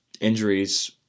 injuries